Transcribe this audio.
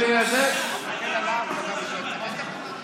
תגיד לו מה אתה עושה בשבת.